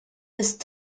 ist